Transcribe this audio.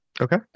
okay